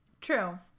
True